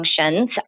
functions